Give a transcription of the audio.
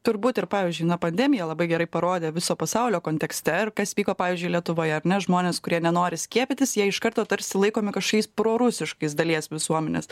turbūt ir pavyzdžiui na pandemija labai gerai parodė viso pasaulio kontekste ir kas vyko pavyzdžiui lietuvoje ar ne žmonės kurie nenori skiepytis jie iš karto tarsi laikomi kažkokiais prorusiškais dalies visuomenės